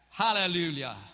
Hallelujah